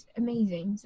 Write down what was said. amazing